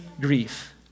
grief